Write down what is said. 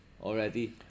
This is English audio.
already